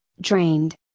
drained